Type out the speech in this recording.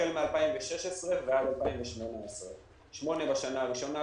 החל מ-2016 ועד 2018. שמונה בשנה הראשונה,